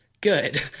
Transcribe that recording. good